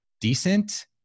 decent